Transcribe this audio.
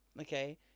okay